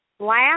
Last